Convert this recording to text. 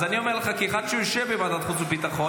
אז אני אומר לך כאחד שיושב בוועדת החוץ והביטחון,